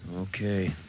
Okay